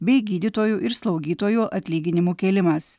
bei gydytojų ir slaugytojų atlyginimų kėlimas